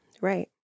right